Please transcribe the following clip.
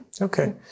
Okay